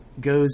goes